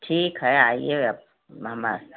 ठीक है आइएगा हमारा